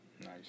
Nice